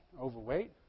overweight